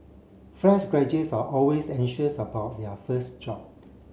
fresh graduates are always anxious about their first job